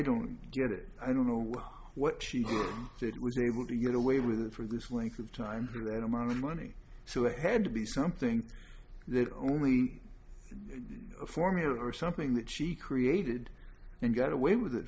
don't get it i don't know what she did it was able to get away with it for this wink of time for that amount of money so they had to be something that only a formular something that she created and got away with it